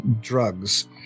drugs